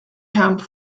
camps